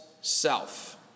self